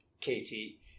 Katie